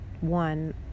one